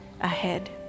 ahead